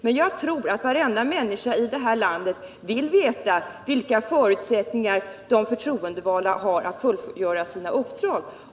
Men jag tror att varenda människa i det här landet vill veta vilka — Nr 6 förutsättningar de förtroendevalda har att fullgöra sina uppdrag.